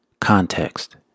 context